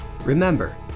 Remember